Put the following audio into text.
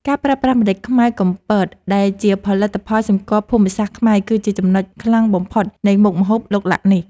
ការប្រើប្រាស់ម្រេចខ្មៅកំពតដែលជាផលិតផលសម្គាល់ភូមិសាស្ត្រខ្មែរគឺជាចំណុចខ្លាំងបំផុតនៃមុខម្ហូបឡុកឡាក់នេះ។